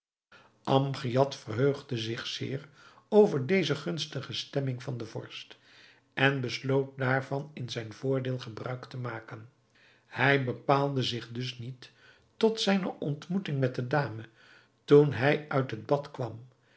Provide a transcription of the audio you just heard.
amgiad verheugde zich zeer over deze gunstige stemming van den vorst en besloot daarvan in zijn voordeel gebruik te maken hij bepaalde zich dus niet tot zijne ontmoeting met de dame toen hij uit het bad kwam